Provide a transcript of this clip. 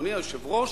אדוני היושב-ראש,